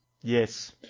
Yes